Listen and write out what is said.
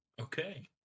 Okay